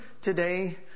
today